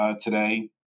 today